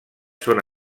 són